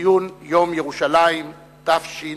לציון יום ירושלים תש"ע.